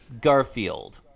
Garfield